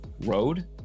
Road